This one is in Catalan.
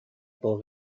pel